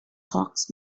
hawks